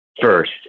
first